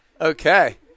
Okay